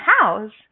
house